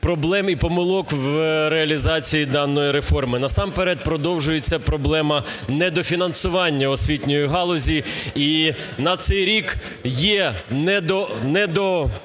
проблем і помилок в реалізації даної реформи, насамперед продовжується проблема недофінансування освітньої галузі. І на цей рік є, не